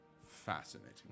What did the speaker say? Fascinating